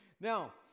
Now